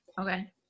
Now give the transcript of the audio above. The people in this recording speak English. Okay